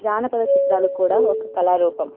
జానపద చిత్రాలు కూడా ఒక కళారూపం